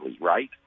right